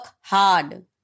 hard